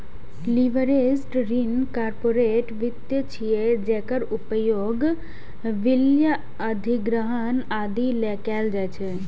leveraged ऋण corporate वित्त छियै, जेकर उपयोग विलय, अधिग्रहण, आदि लेल कैल जाइ छै